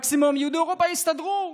מקסימום יהודי אירופה יסתדרו,